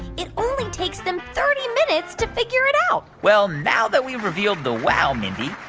it only takes them thirty minutes to figure it out well, now that we've revealed the wow, mindy,